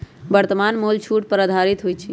वर्तमान मोल छूट पर आधारित होइ छइ